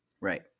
right